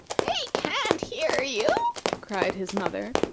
they can't hear you? cried his mother.